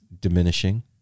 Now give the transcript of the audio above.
diminishing